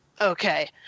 Okay